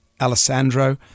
Alessandro